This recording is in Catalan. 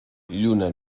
lluna